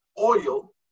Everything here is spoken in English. oil